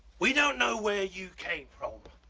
we don't know where you came from,